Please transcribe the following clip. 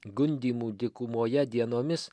gundymų dykumoje dienomis